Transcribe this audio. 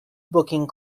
booking